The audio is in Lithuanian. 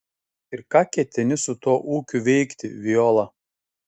ir ką ketini su tuo ūkiu veikti viola